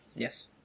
Yes